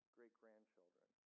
great-grandchildren